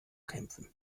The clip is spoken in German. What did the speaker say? kämpfen